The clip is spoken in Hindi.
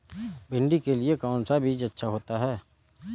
भिंडी के लिए कौन सा बीज अच्छा होता है?